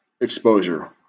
exposure